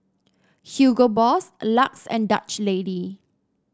Hugo Boss Lux and Dutch Lady